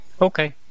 Okay